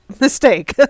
mistake